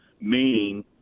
Meaning